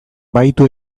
bahitu